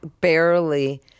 barely